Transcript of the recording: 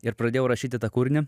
ir pradėjau rašyti tą kūrinį